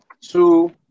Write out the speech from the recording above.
two